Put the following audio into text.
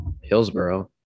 Hillsboro